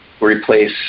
replace